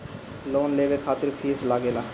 Loan लेवे खातिर fees लागेला?